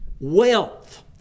wealth